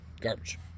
Garbage